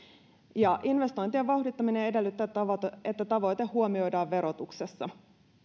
investointien vauhdittaminen edellyttää että tavoite huomioidaan verotuksessa